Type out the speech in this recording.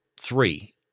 three